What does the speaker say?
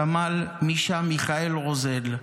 סמל מישה מיכאל רוזל,